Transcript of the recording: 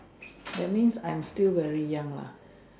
that means I'm still very young lah